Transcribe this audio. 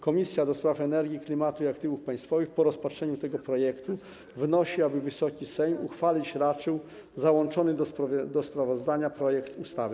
Komisja do Spraw Energii, Klimatu i Aktywów Państwowych po rozpatrzeniu tego projektu wnosi, aby Wysoki Sejm uchwalić raczył załączony do sprawozdania projekt ustawy.